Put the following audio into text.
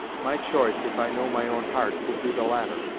my choice, if i know my own heart, would be the latter.